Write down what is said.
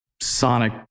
sonic